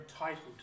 entitled